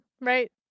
right